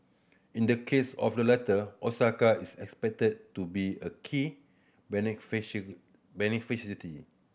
in the case of the latter Osaka is expected to be a key